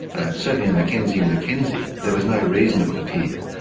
certainly in mckenzie and mckenzie there was no reason, it would appear,